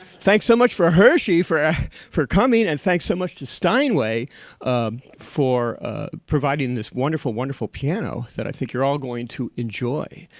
thanks so much for hershey for for coming. and thanks so much to steinway for providing this wonderful, wonderful piano that i think you're all going to enjoy.